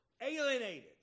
alienated